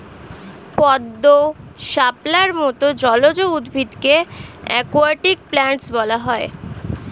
পদ্ম, শাপলার মত জলজ উদ্ভিদকে অ্যাকোয়াটিক প্ল্যান্টস বলা হয়